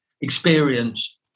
experience